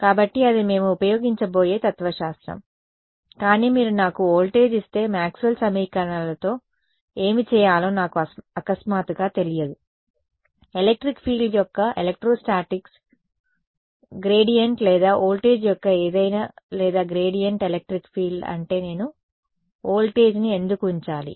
కాబట్టి అది మేము ఉపయోగించబోయే తత్వశాస్త్రం కానీ మీరు నాకు వోల్టేజ్ ఇస్తే మాక్స్వెల్ సమీకరణలతో ఏమి చేయాలో నాకు అకస్మాత్తుగా తెలియదు ఎలెక్ట్రిక్ ఫీల్డ్ యొక్క ఎలెక్ట్రోస్టాటిక్స్ రైట్ గ్రేడియంట్ లేదా వోల్టేజ్ యొక్క ఏదైనా లేదా గ్రేడియంట్ ఎలెక్ట్రిక్ ఫీల్డ్ అంటే నేను వోల్టేజ్ని ఎందుకు ఉంచాలి